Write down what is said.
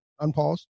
unpause